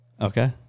Okay